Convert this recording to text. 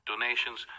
donations